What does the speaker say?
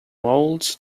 moulds